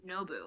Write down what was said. Nobu